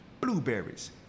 blueberries